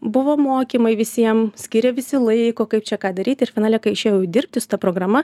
buvo mokymai visiem skiria visi laiko kaip čia ką daryti ir finale kai išėjau dirbti su ta programa